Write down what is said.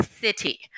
city